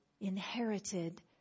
inherited